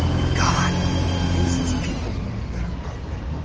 and god uses people that are broken